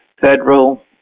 federal